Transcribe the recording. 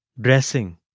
Dressing